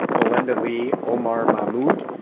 belinda lee, omar mahmoud,